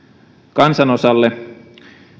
kansanosalle